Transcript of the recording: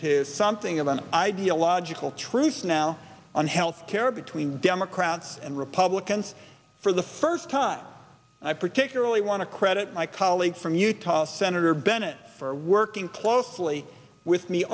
to something of an ideological truth now on health care between democrats and republicans for the first time i particularly want to credit my colleague from utah senator bennett for working closely with me